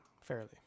fairly